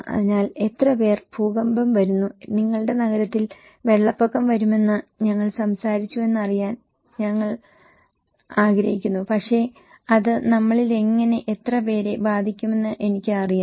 അതിനാൽ എത്ര പേർ ഭൂകമ്പം വരുന്നു നിങ്ങളുടെ നഗരങ്ങളിൽ വെള്ളപ്പൊക്കം വരുമെന്ന് ഞങ്ങൾ സംസാരിച്ചുവെന്ന് അറിയാൻ ഞങ്ങൾ ആഗ്രഹിക്കുന്നു പക്ഷേ അത് നമ്മളിൽ എങ്ങനെ എത്രപേരെ ബാധിക്കുമെന്ന് എനിക്ക് അറിയണം